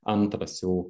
antras jau